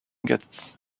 get